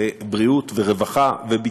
ובריאות, ורווחה וביטחון.